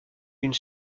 une